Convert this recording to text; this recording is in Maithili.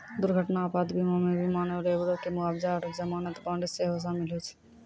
दुर्घटना आपात बीमा मे विमानो, लेबरो के मुआबजा आरु जमानत बांड सेहो शामिल होय छै